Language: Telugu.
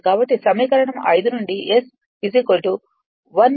కాబట్టి సమీకరణం 5 నుండి S 1 n ns